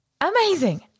Amazing